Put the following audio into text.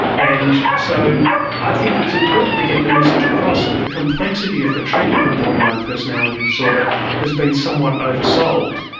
and so i think it's important to get the message across that the complexity of the treatment of borderline personality disorder has been somewhat oversold,